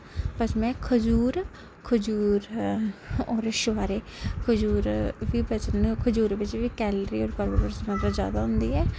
पचमें खजूर खजूर होर छुहारे खजूर बी बजन खजूर बिच बी कैलरीज़ कार्बोड्रेट्स दी मात्रा जादा होंदी ऐ